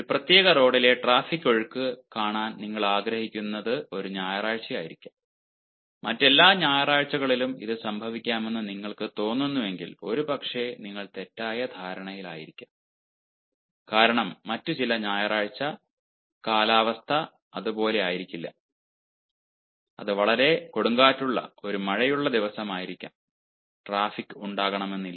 ഒരു പ്രത്യേക റോഡിലെ ട്രാഫിക് ഒഴുക്ക് കാണാൻ നിങ്ങൾ ആഗ്രഹിക്കുന്ന ഒരു ഞായറാഴ്ചയായിരിക്കാം മറ്റെല്ലാ ഞായറാഴ്ചകളിലും ഇത് സംഭവിക്കാമെന്ന് നിങ്ങൾക്ക് തോന്നുന്നുവെങ്കിൽ ഒരുപക്ഷേ നിങ്ങൾ തെറ്റായ ധാരണയിലായിരിക്കാം കാരണം മറ്റ് ചില ഞായറാഴ്ച കാലാവസ്ഥ അത് പോലെ ആയിരിക്കില്ല അത് വളരെ കൊടുങ്കാറ്റുള്ള ഒരു മഴയുള്ള ദിവസമായിരിക്കാം ട്രാഫിക് ഉണ്ടാകണമെന്നില്ല